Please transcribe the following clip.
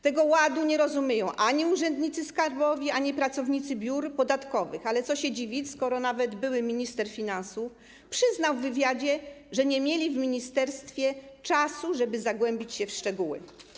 Tego ładu nie rozumieją ani urzędnicy skarbowi, ani pracownicy biur podatkowych, ale co się dziwić, skoro nawet były minister finansów przyznał w wywiadzie, że pracownicy ministerstwa nie mieli czasu, żeby zagłębić się w szczegóły.